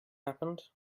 happened